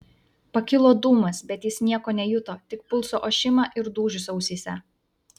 pakilo dūmas bet jis nieko nejuto tik pulso ošimą ir dūžius ausyse